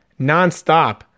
nonstop